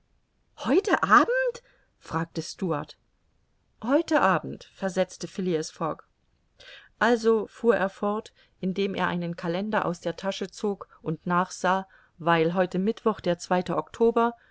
heute abend fragte stuart heute abend versetzte phileas fogg also fuhr er fort indem er einen kalender aus der tasche zog und nachsah weil heute mittwoch der zweite oktober